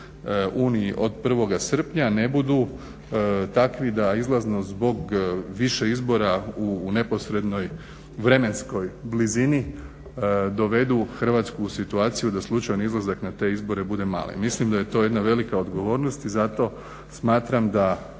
Uniji od 1.srpnja ne budu takvi da izlaznost zbog više izbora u neposrednoj vremenskoj blizini dovedu Hrvatsku u situaciju da slučajni izlazak na te izbor bude malen. Mislim da je to jedna velika odgovornost i zato smatram da